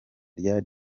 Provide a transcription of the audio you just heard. rya